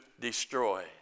destroy